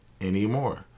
anymore